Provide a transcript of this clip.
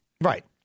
Right